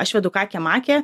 aš vedu kakę makę